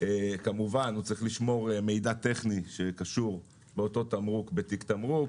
כמובן הוא צריך לשמור מידע טכני שקשור באותו תמרוק בתיק תמרוק